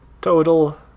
Total